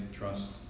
trust